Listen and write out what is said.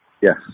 Yes